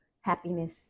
happiness